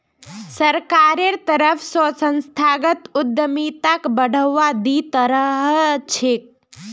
सरकारेर तरफ स संस्थागत उद्यमिताक बढ़ावा दी त रह छेक